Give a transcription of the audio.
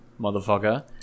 motherfucker